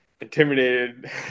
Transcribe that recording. intimidated